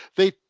they.